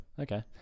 Okay